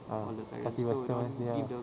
ah must be western wednesday ah